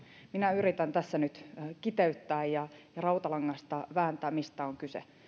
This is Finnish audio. minä yritän tässä nyt kiteyttää ja rautalangasta vääntää mistä on kyse